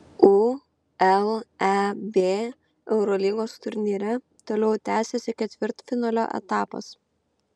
uleb eurolygos turnyre toliau tęsiasi ketvirtfinalio etapas